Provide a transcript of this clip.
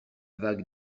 vague